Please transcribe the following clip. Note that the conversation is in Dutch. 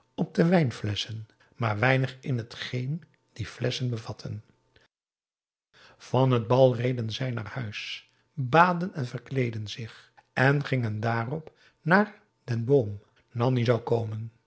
op de wijnflesschen maar weinig in hetgeen die flesschen bevatten van het bal reden zij naar huis baadden en verkleedden zich en gingen daarop naar den boom nanni zou komen